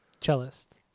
Cellist